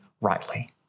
rightly